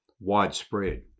widespread